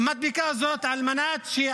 מה זה המדבקה הזאת, לא הבנתי?